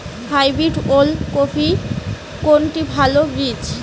Hybrid ওল কপির কোনটি ভালো বীজ?